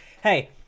hey